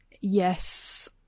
Yes